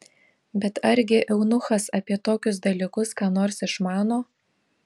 bet argi eunuchas apie tokius dalykus ką nors išmano